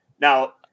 Now